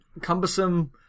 Cumbersome